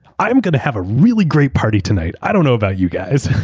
i'm going to have a really great party tonight. i don't know about you, guys.